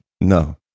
no